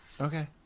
Okay